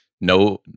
no